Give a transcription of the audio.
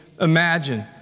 imagine